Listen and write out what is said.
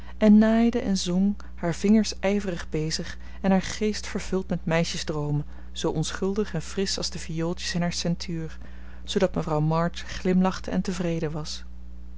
en naaide en zong haar vingers ijverig bezig en haar geest vervuld met meisjesdroomen zoo onschuldig en frisch als de viooltjes in haar ceintuur zoodat mevrouw march glimlachte en tevreden was